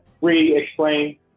re-explain